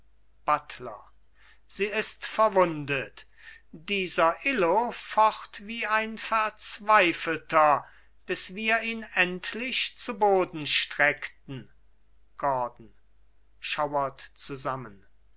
buttler sie ist verwundet dieser illo focht wie ein verzweifelter bis wir ihn endlich zu boden streckten gordon schauert zusammen